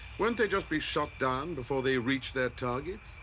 won't they just be shot down before they reach their targets?